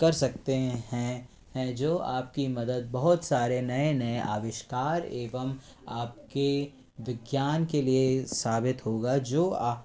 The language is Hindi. कर सकते हैं हैं जो आपकी मदद बहुत सारे नए नए आविष्कार एवं आपके विज्ञान के लिए साबित होगा जो